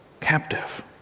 Captive